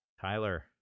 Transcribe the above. Tyler